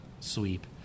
sweep